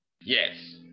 yes